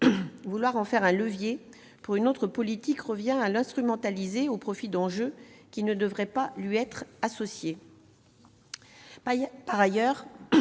Vouloir en faire un levier pour une autre politique revient à l'instrumentaliser au profit d'enjeux qui ne devraient pas lui être associés. Par ailleurs,